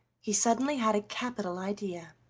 he suddenly had a capital idea,